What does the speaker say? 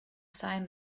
sign